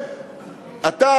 אתה,